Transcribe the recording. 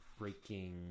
freaking